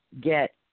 get